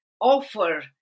offer